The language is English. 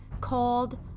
called